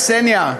קסניה.